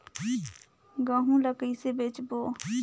गहूं ला कइसे बेचबो?